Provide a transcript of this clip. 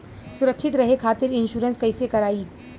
सुरक्षित रहे खातीर इन्शुरन्स कईसे करायी?